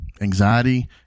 anxiety